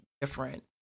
different